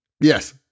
Yes